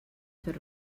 fer